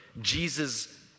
Jesus